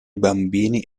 bambini